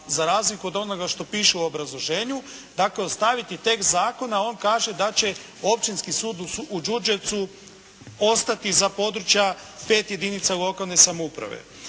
za razliku od onoga što piše u obrazloženju dakle, ostaviti tekst zakona, on kaže da će Općinski sud u Đurđevcu ostati za područja pet jedinica lokalne samouprave.